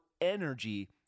energy